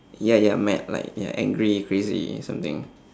ya ya mad like ya angry crazy something